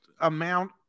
amount